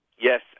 Yes